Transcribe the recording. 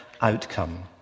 outcome